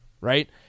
right